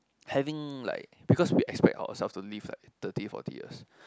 having like because we expect ourself to live like thirty forty years